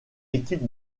équipe